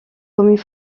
communes